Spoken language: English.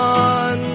on